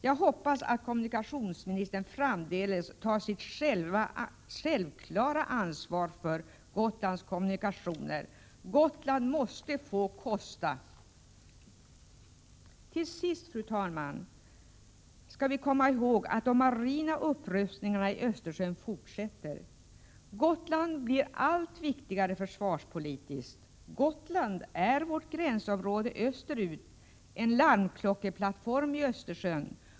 Jag hoppas att kommunikationsministern framdeles tar sitt självklara ansvar för Gotlands kommunikationer. Gotland måste få kosta. Till sist, fru talman, skall vi komma ihåg att de marina upprustningarna i Östersjön fortsätter. Gotland blir allt viktigare försvarspolitiskt. Gotland är vårt gränsområde österut — en larmklockeplattform i Östersjön.